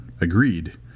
agreed